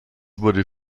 wurde